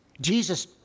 Jesus